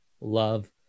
Love